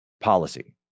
policy